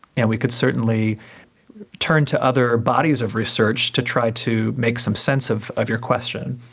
and we could certainly turn to other bodies of research to try to make some sense of of your question.